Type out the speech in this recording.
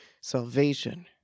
salvation